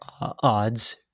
odds